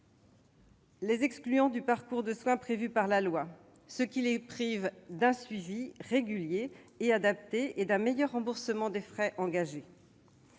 les exclut du parcours de soins prévu par la loi et les prive d'un suivi régulier et adapté, ainsi que d'un meilleur remboursement des frais engagés.